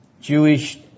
Jewish